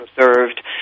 observed